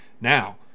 Now